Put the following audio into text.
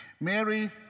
Mary